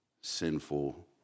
sinful